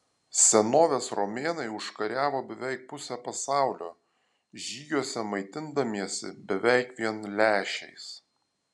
senovės romėnai užkariavo beveik pusę pasaulio žygiuose maitindamiesi beveik vien lęšiais